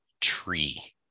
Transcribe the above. tree